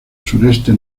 sureste